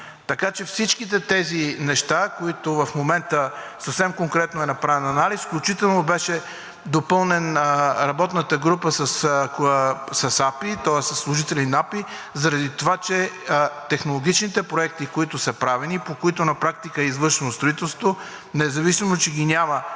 Така че всичките тези неща, за които в момента съвсем конкретно е направен анализ, включително беше допълнена работната група с АПИ, тоест със служители на АПИ, заради това че технологичните проекти, които са правени и по които на практика е извършено строителство, независимо че ги няма